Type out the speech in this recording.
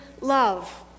love